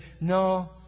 no